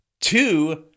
two